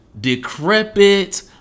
decrepit